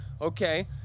okay